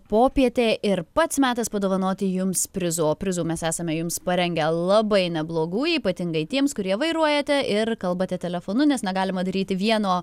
popietė ir pats metas padovanoti jums prizų o prizų mes esame jums parengę labai neblogų ypatingai tiems kurie vairuojate ir kalbate telefonu nes negalima daryti vieno